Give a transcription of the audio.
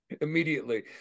immediately